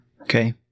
Okay